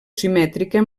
simètrica